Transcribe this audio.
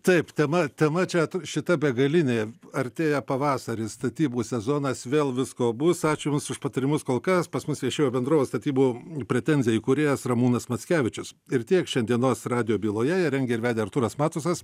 taip tema tema čia šita begalinė artėja pavasaris statybų sezonas vėl visko bus ačiū jums už patarimus kol kas pas mus viešėjo bendrovės statybų pretenzija įkūrėjas ramūnas mackevičius ir tiek šiandienos radijo byloje ją rengė ir vedė artūras matusas